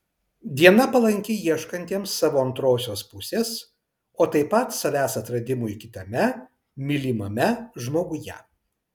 diena palanki ieškantiems savo antrosios pusės o taip pat savęs atradimui kitame mylimame žmoguje